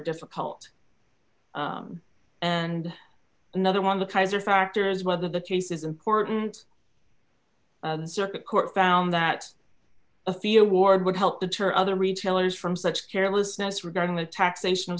difficult and another one the kaiser factors whether the case is important circuit court found that a fear ward would help deter other retailers from such carelessness regarding the taxation